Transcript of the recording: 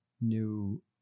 new